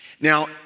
Now